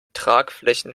tragflächen